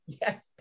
Yes